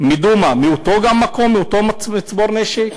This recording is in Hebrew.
מדומא הגיע מאותו מקום, מאותו מצבור נשק?